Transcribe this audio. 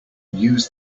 use